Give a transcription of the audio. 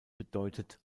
bedeutet